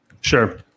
Sure